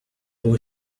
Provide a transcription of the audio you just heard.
boy